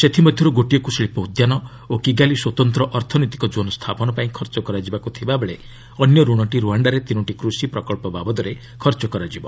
ସେଥିମଧ୍ୟରୁ ଗୋଟିଏକୁ ଶିଳ୍ପ ଉଦ୍ୟାନ ଓ କିଗାଲି ସ୍ୱତନ୍ତ୍ର ଅର୍ଥନୈତିକ ଜୋନ୍ ସ୍ଥାପନ ପାଇଁ ଖର୍ଚ୍ଚ କରାଯିବାକୁ ଥିବାବେଳେ ଅନ୍ୟ ଋଣଟି ରୁଆଣ୍ଡାରେ ତିନୋଟି କୃଷି ପ୍ରକଳ୍ପ ବାବଦରେ ଖର୍ଚ୍ଚ ହେବ